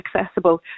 accessible